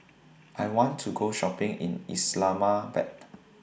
I want to Go Shopping in Islamabad